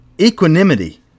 Equanimity